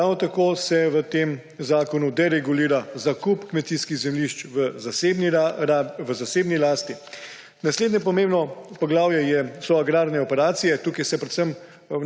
Ravno tako se v tem zakonu deregulira zakup kmetijskih zemljišč v zasebni lasti. Naslednje pomembno poglavje so agrarne operacije. Tukaj se predvsem